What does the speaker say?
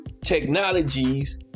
technologies